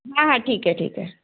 हां हां ठीक आहे ठीक आहे